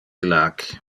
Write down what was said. illac